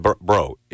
bro